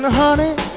honey